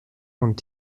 und